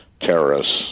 terrorists